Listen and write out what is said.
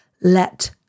let